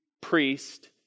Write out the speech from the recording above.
priest